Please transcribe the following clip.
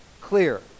clear